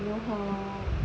don't know how